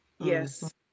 yes